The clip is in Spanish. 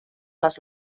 las